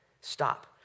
Stop